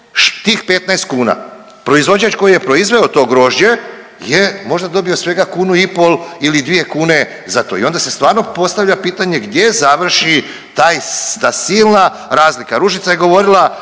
štih 15 kuna. Proizvođač koji je proizveo to grožđe je možda dobio svega kunu i pol ili dvije kune za to i onda se stvarno postavlja pitanje gdje završi taj, ta silna razlika. Ružica je govorila